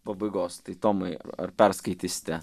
pabaigos tai tomai ar perskaitysite